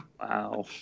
Wow